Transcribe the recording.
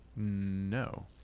No